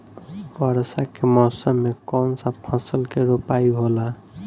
वर्षा के मौसम में कौन सा फसल के रोपाई होला?